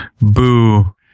Boo